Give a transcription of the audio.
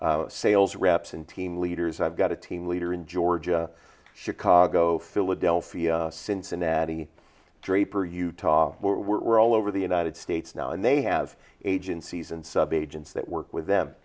sales reps and team leaders i've got a team leader in georgia chicago philadelphia cincinnati draper utah were all over the united states now and they have agencies and sub agents that work with them